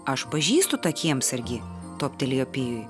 aš pažįstu tą kiemsargį toptelėjo pijui